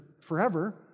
forever